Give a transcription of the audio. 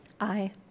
Aye